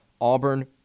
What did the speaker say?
Auburn